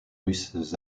russes